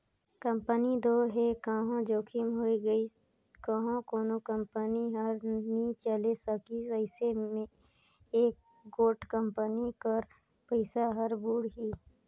company दो हे कहों जोखिम होए गइस कहों कोनो कंपनी हर नी चले सकिस अइसे में एके गोट कंपनी कर पइसा हर बुड़ही